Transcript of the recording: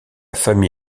famille